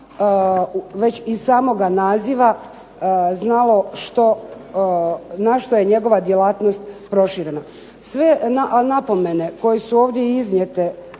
već iz samoga naziva znalo što, na što je njegova djelatnost proširena. Sve napomene koje su ovdje iznijete